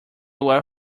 were